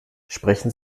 sprechen